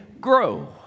grow